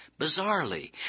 bizarrely